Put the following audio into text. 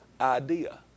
idea